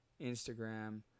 Instagram